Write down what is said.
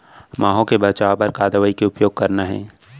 माहो ले बचाओ बर का दवई के उपयोग करना हे?